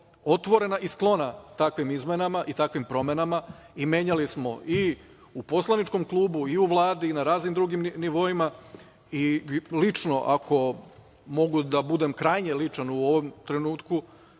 otvorena i sklona takvim izmenama i takvim promenama i menjali smo i u poslaničkom klubu i u Vladi i na raznim drugim nivoima i lično, ako mogu da budem krajnje ličan u ovom trenutku,